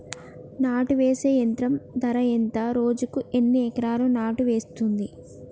నాటు వేసే యంత్రం ధర ఎంత రోజుకి ఎన్ని ఎకరాలు నాటు వేస్తుంది?